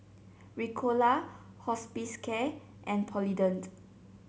Ricola Hospicare and Polident